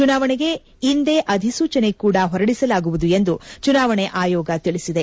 ಚುನಾವಣೆಗೆ ಇಂದೇ ಅಧಿಸೂಚನೆ ಕೂಡ ಹೊರಡಿಸಲಾಗುವುದು ಎಂದು ಚುನಾವಣೆ ಆಯೋಗ ತಿಳಿಸಿದೆ